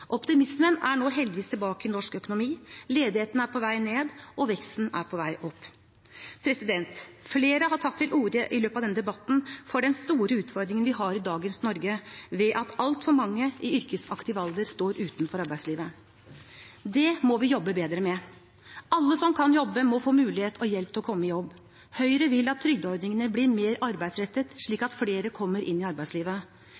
Optimismen er nå heldigvis tilbake i norsk økonomi, ledigheten er på vei ned, og veksten er på vei opp. Flere har tatt til orde – i løpet av denne debatten – for den store utfordringen vi har i dagens Norge ved at altfor mange i yrkesaktiv alder står utenfor arbeidslivet. Det må vi jobbe bedre med! Alle som kan jobbe, må få mulighet og hjelp til å komme i jobb. Høyre vil at trygdeordningene blir mer arbeidsrettet,